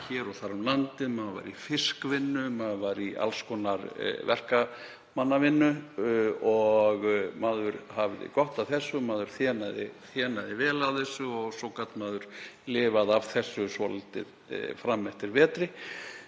hér og þar um landið, maður var í fiskvinnu, maður var í alls konar verkamannavinnu og hafði gott af þessu. Maður þénaði vel á þessu og svo gat maður lifað af þessu svolítið fram eftir vetri.